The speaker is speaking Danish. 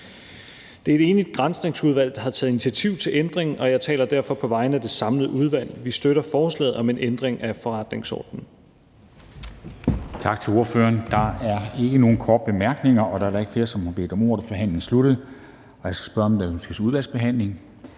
Det er et enigt Granskningsudvalg, der har taget initiativ til ændringen, og jeg taler derfor på vegne af det samlede udvalg. Vi støtter forslaget om en ændring af forretningsordenen.